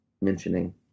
mentioning